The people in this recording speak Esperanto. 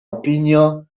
opinio